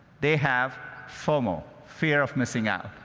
they have fomo fear of missing out.